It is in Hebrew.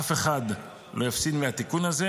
אף אחד לא יפסיד מהתיקון הזה.